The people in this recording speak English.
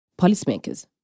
policymakers